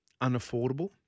unaffordable